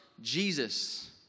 Jesus